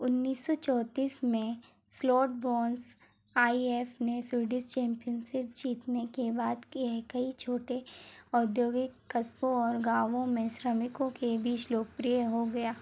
उन्नीस सौ चौंतीस में Slottsbrons I A F ने स्वीडिश चैंपियनशिप जीतने के बाद के कई छोटे औद्योगिक कस्बों और गाँवों में श्रमिकों के बीच लोकप्रिय हो गया